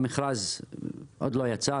המכרז עוד לא יצא,